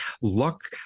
luck